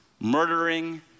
murdering